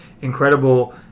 incredible